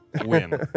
Win